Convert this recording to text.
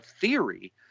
theory